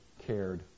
cared